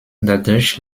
dadurch